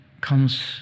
comes